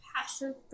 Passive